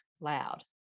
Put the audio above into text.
loud